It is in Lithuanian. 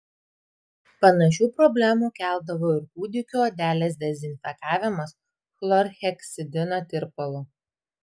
panašių problemų keldavo ir kūdikių odelės dezinfekavimas chlorheksidino tirpalu